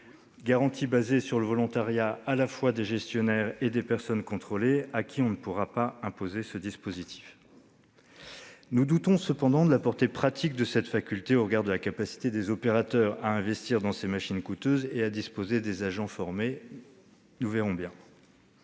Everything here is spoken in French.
basées sur le volontariat à la fois des gestionnaires et des personnes contrôlées, auxquels on ne pourra imposer ce dispositif. Nous doutons cependant de la portée pratique de cette faculté au regard de la capacité des opérateurs à investir dans ces machines coûteuses et à disposer d'agents formés. Enfin,